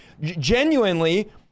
genuinely